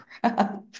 crap